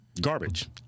garbage